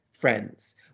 friends